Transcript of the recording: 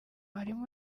harimo